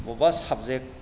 बबेबा साब्जेक्ट